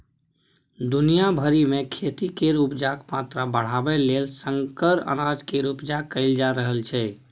दुनिया भरि मे खेती केर उपजाक मात्रा बढ़ाबय लेल संकर अनाज केर उपजा कएल जा रहल छै